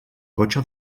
cotxe